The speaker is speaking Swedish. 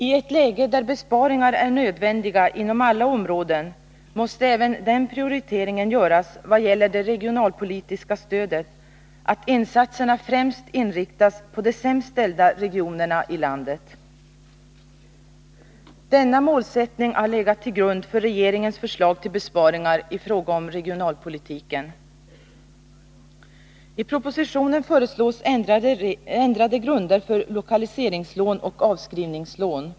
I ett läge där besparingar är nödvändiga inom alla områden måste även den prioriteringen göras vad gäller det regionalpolitiska stödet, att insatserna främst inriktas på de sämst ställda regionerna i landet. Denna målsättning har legat till grund för regeringens förslag till besparingar i fråga om regionalpolitiken. I propositionen föreslås ändrade grunder för lokaliseringslån och avskrivningslån.